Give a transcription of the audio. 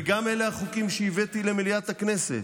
ואלה גם החוקים שהבאתי למליאת הכנסת,